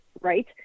Right